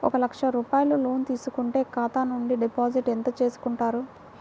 ఒక లక్ష రూపాయలు లోన్ తీసుకుంటే ఖాతా నుండి డిపాజిట్ ఎంత చేసుకుంటారు?